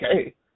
okay